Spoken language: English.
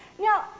Now